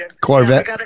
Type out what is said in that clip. Corvette